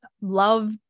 love